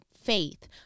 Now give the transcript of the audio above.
faith